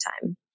time